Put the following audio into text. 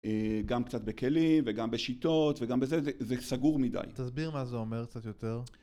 גם קצת בכלים וגם בשיטות וגם בזה, זה סגור מדי. תסביר מה זה אומר קצת יותר.